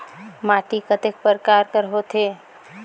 माटी कतेक परकार कर होथे?